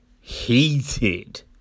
heated